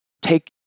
Take